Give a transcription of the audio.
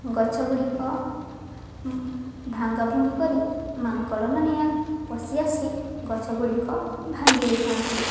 ଗଛ ଗୁଡ଼ିକ ଭଙ୍ଗା ଭୁଙ୍ଗି କରି ମାଙ୍କଡ଼ ମାନେ ଆ ପଶି ଆସି ଗଛ ଗୁଡ଼ିକ ଭାଙ୍ଗି ଦେଇଥାନ୍ତି